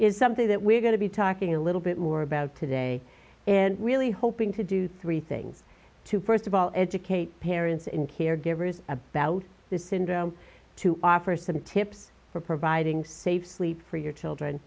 is something that we're going to be talking a little bit more about today and really hoping to do three things to first of all educate parents and caregivers about this syndrome to offer some tips for providing safe sleep for your children